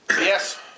Yes